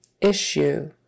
Issue